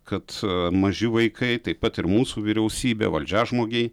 kad maži vaikai taip pat ir mūsų vyriausybė valdžiažmogiai